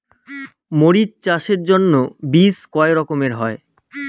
মরিচ চাষের জন্য বীজ কয় রকমের হয়?